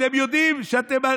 כשאתם יודעים שאתם על